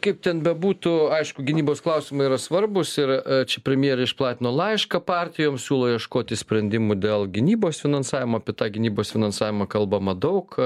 kaip ten bebūtų aišku gynybos klausimai yra svarbūs ir čia premjerė išplatino laišką partijoms siūlo ieškoti sprendimų dėl gynybos finansavimo apie tą gynybos finansavimą kalbama daug